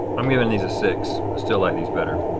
i'm giving these a six. i still like these better.